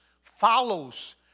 follows